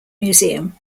museum